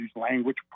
language